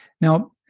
Now